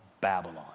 Babylon